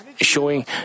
showing